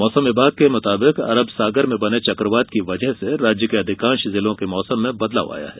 मौसम विभाग के मुताबिक अरब सागर में बने चकवात की वजह से राज्य के अधिकांश जिलों के मौसम में बदलाव आया है